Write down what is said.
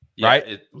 Right